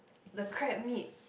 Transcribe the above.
the crab meat